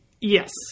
Yes